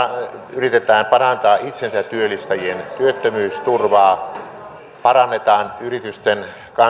yritetään parantaa itsensätyöllistäjien työttömyysturvaa parannetaan yritysten